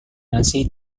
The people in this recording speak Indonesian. nasi